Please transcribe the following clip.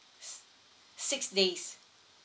s~ six days